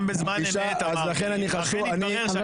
גם בזמן אמת אמרתי ואכן התברר --- אבל